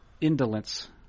indolence